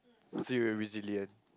see your resilient